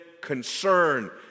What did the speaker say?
concern